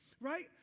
right